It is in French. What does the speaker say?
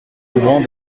ouvrant